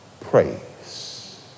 praise